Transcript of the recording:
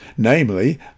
namely